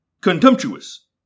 contemptuous